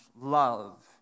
love